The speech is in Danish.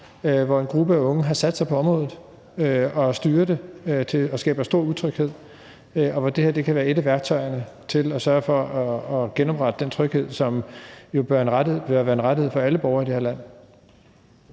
hvor en gruppe af unge har sat sig på området og styrer det og skaber stor utryghed, og hvor det her kan være et af værktøjerne til at sørge for at genoprette den tryghed, som jo bør være en rettighed for alle borgere i det her land.